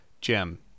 Jim